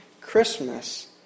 Christmas